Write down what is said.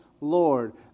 Lord